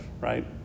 Right